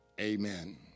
amen